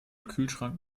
kühlschrank